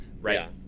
right